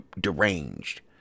deranged